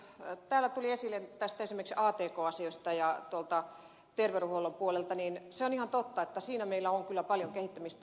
täällä tulivat esille esimerkiksi atk asiat ja terveydenhuolto ja on ihan totta että niissä meillä on kyllä paljon kehittämistä